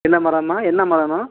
என்ன மரம்மா என்ன மரம்மா வேணும்